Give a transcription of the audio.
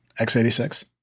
x86